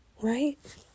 Right